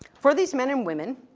for these men and women,